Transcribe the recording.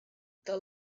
the